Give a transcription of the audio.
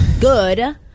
good